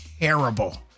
terrible